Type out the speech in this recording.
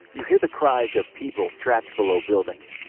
you hear the cries of people trapped below buildings.